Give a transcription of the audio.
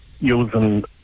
using